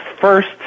first